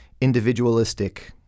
individualistic